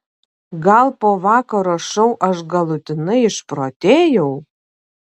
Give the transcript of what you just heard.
gal po vakaro šou aš galutinai išprotėjau